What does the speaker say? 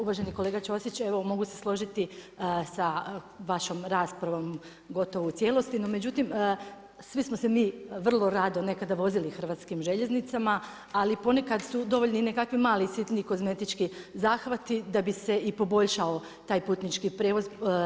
Uvaženi kolega Ćosić, evo mogu se složiti sa vašom raspravom, gotovo u cijelosti, no međutim svi smo se mi vrlo rado nekada vozili hrvatskim željeznicama, ali ponekad su dovoljni i nekakvi mali sitni kozmetički zahvati da bi se i poboljšao taj putnički prijevoz.